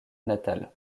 natale